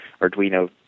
Arduino